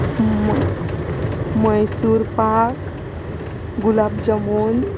म Mysore pak gulab jamun